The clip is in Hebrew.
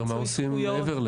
מה עושים מעבר?